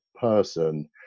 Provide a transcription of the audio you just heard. person